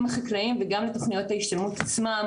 החקלאיים וגם לתוכניות ההשתלמות עצמם,